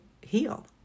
heal